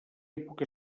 època